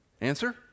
Answer